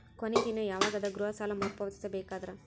ಕೊನಿ ದಿನ ಯವಾಗ ಅದ ಗೃಹ ಸಾಲ ಮರು ಪಾವತಿಸಬೇಕಾದರ?